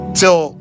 till